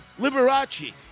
Liberace